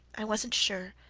i wasn't sure,